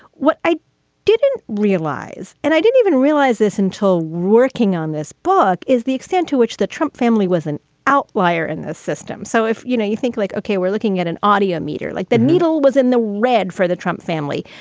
what i didn't realize and i didn't even realize this until working on this book is the extent to which the trump family was an outlier in this system. so if you know, you think like, ok, we're looking at an audio meter, like the needle was in the red for the trump family,